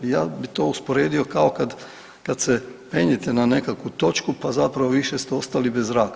Ja bih to usporedio kao kad se penjete na nekakvu točku, pa zapravo više ste ostali bez zraka.